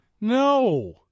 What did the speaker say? No